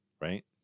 right